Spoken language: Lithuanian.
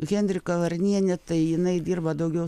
henrika varnienė tai jinai dirba daugiau